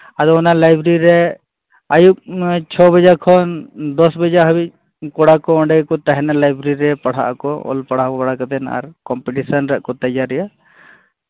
ᱟᱫᱚ ᱚᱱᱟ ᱞᱟᱭᱵᱨᱮᱨᱤ ᱨᱮ ᱟᱹᱭᱩᱵ ᱪᱷᱚ ᱵᱟᱡᱮ ᱠᱷᱚᱱ ᱫᱚᱥ ᱵᱟᱡᱮ ᱦᱟᱹᱵᱤᱡ ᱠᱚᱲᱟ ᱠᱚ ᱚᱸᱰᱮ ᱜᱮ ᱠᱚ ᱛᱟᱦᱮᱱᱟ ᱞᱟᱭᱵᱨᱮᱨᱤ ᱨᱮ ᱯᱟᱲᱦᱟᱜ ᱟᱠᱚ ᱚᱞ ᱯᱟᱲᱦᱟᱣ ᱵᱟᱲᱟ ᱠᱟᱛᱮᱫ ᱟᱨ ᱠᱚᱢᱯᱤᱴᱤᱥᱚᱱ ᱨᱮᱭᱟᱜ ᱠᱚ ᱛᱮᱭᱟᱨᱤᱭᱟ